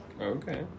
Okay